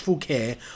care